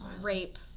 rape